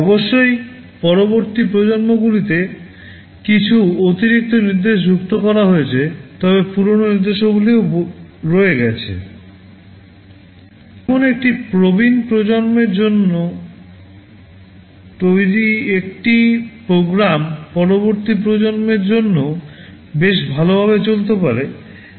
অবশ্যই পরবর্তী প্রজন্মগুলিতে কিছু অতিরিক্ত নির্দেশ যুক্ত করা হয়েছে তবে পুরানো নির্দেশাবলীও রয়ে গেছে যেমন একটি প্রবীণ প্রজন্মের জন্য তৈরি একটি প্রোগ্রাম পরবর্তী প্রজন্মের জন্যও বেশ ভালভাবে চলতে পারে